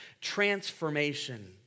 transformation